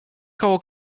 koło